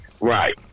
Right